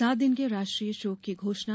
सात दिन के राष्ट्रीय शोक की घोषणा